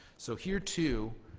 so here, too,